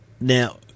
now